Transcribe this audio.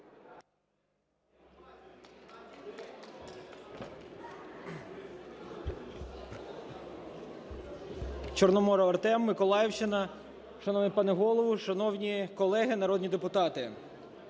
Чорноморов Артем, Миколаївщина. Шановний пане Голово, шановні колеги народні депутати!